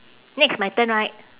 next my turn right